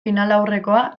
finalaurrekoa